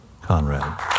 Conrad